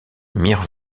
mir